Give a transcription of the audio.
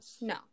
no